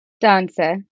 Dancer